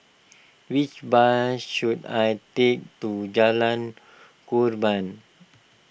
which bus should I take to Jalan Korban